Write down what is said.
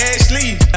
Ashley